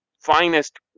finest